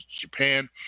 Japan